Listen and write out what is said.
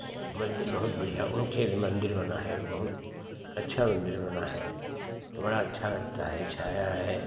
औ मन्दिर बहुत बढ़िया उनके भी मन्दिर बना है बहुत अच्छा मन्दिर बना है बड़ा अच्छा लगता है छाया है